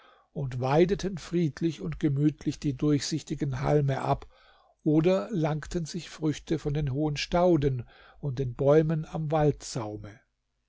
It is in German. und weideten friedlich und gemütlich die durchsichtigen halme ab oder langten sich früchte von den hohen stauden und den bäumen am waldsaume